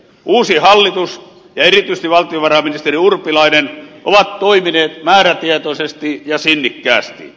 uusi hallitus ja erityisesti valtiovarainministeri urpilainen ovat toimineet määrätietoisesti ja sinnikkäästi